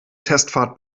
testfahrt